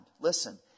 listen